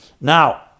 Now